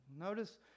Notice